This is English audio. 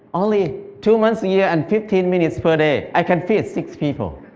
only two months a year and fifteen minutes per day i can feed six people.